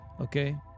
Okay